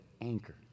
anchor